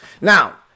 Now